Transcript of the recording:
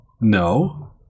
no